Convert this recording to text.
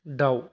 दाउ